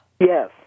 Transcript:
Yes